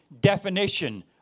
definition